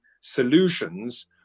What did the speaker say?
solutions